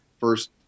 first